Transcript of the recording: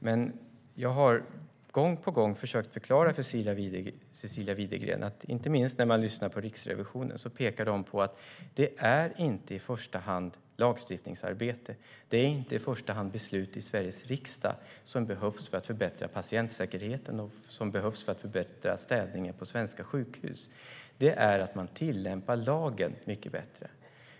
Men jag har om och om igen försökt förklara för Cecilia Widegren att inte minst Riksrevisionen pekar på att det inte i första hand är ett lagstiftningsarbete och ett beslut i Sveriges riksdag som behövs för att förbättra patientsäkerheten och städningen på svenska sjukhus. Det som behövs är att man tillämpar lagen mycket bättre.